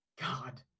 God